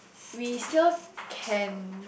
we still can